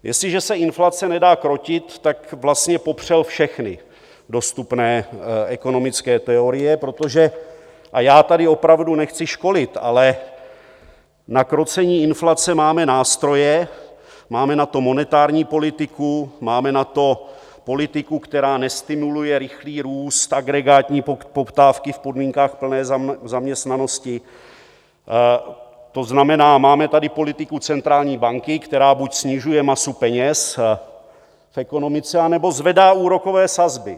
Jestliže se inflace nedá krotit, tak vlastně popřel všechny dostupné ekonomické teorie, protože a já tady opravdu nechci školit, ale na krocení inflace máme nástroje, máme na to monetární politiku, máme na to politiku, která nestimuluje rychlý růst agregátní poptávky v podmínkách plné zaměstnanosti, to znamená, máme tady politiku centrální banky, která buď snižuje masu peněz v ekonomice, anebo zvedá úrokové sazby.